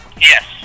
Yes